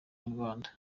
inyarwanda